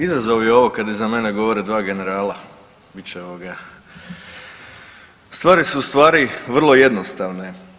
Izazov je ovo kad iza mene govore dva generala, bit će ovoga, stvari su u stvari vrlo jednostavne.